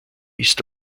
ist